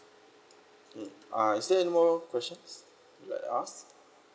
mm uh is there any more questions you want to ask